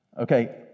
Okay